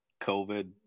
COVID